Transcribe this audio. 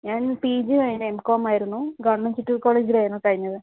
ഞാൻ P G കഴിഞ്ഞു MCom ആയിരുന്നു ഗവണ്മെൻ്റ് ചിറ്റൂർ കോളേജിലാരുന്നു കഴിഞ്ഞത്